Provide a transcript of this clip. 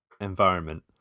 environment